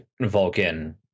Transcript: vulcan